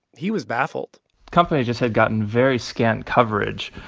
he was baffled companies just had gotten very scant coverage.